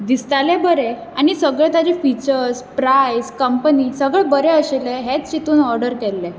दिसतालें बरें आनी सगळे ताचे फिचस प्रायस कंपनी सगळें बरें आशिल्लें हेंच चिंतून ऑडर केल्लें